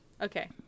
okay